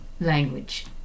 language